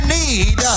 need